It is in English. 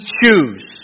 choose